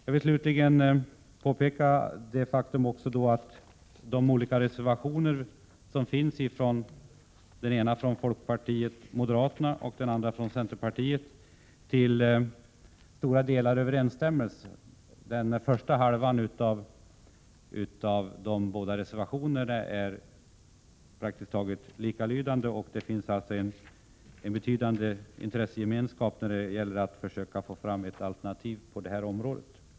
Jag vill slutligen peka på det faktum att de två reservationer som finns i detta sammanhang — den ena från folkpartiet och moderaterna, den andra från centerpartiet — till stora delar överensstämmer. Den första halvan av de båda reservationerna är praktiskt taget likalydande. Det finns alltså en betydande intressegemenskap när det gäller att försöka få fram alternativ på detta område.